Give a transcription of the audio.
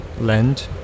land